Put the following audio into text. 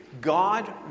God